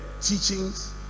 teachings